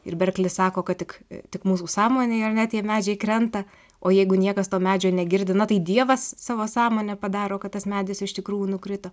ir berklis sako kad tik tik mūsų sąmonėje ar ne tie medžiai krenta o jeigu niekas to medžio negirdi ba tai dievas savo sąmone padaro kad tas medis iš tikrųjų nukrito